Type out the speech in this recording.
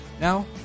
Now